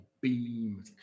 Beam